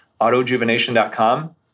autojuvenation.com